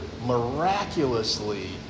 miraculously